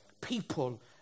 people